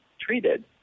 treated